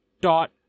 dot